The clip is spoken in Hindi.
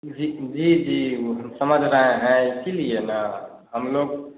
जी जी जी वह समझ रहे हैं इसीलिए ना हम लोग